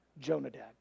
Jonadab